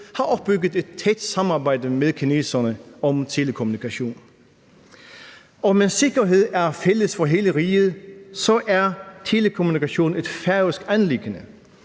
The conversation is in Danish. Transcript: har opbygget et tæt samarbejde med kineserne om telekommunikation. Omend sikkerhed er fælles for hele riget, så er telekommunikation et færøsk anliggende,